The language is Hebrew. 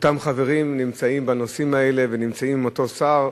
אותם חברים נמצאים בנושאים האלה ונמצאים עם אותו שר.